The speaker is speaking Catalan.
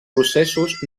processos